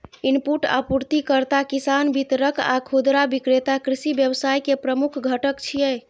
input आपूर्तिकर्ता, किसान, वितरक आ खुदरा विक्रेता कृषि व्यवसाय के प्रमुख घटक छियै